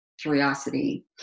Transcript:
curiosity